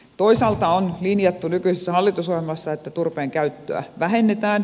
toisaalta on linjattu nykyisessä hallitusohjelmassa että turpeen käyttöä vähennetään